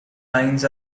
lines